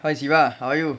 okay hi siva how are you